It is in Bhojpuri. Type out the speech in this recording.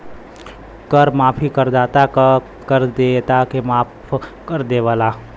कर माफी करदाता क कर देयता के माफ कर देवला